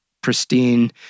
pristine